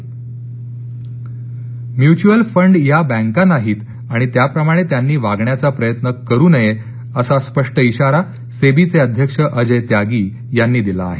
त्यागी mutual fund या बँका नाहीत आणि त्याप्रमाणे त्यांनी वागण्याचा प्रयत्न करू नये असा स्पष्ट इशारा सेबीचे अध्यक्ष अजय त्यांगी यांनी दिला आहे